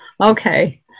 okay